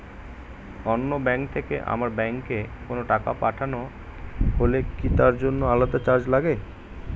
অন্য ব্যাংক থেকে আমার ব্যাংকে কোনো টাকা পাঠানো হলে কি তার জন্য আলাদা চার্জ লাগে?